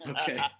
okay